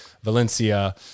Valencia